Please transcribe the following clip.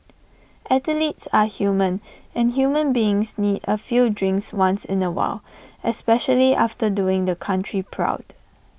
athletes are human and human beings need A few drinks once in A while especially after doing the country proud